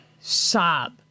sob